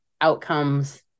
outcomes